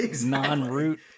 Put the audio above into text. non-root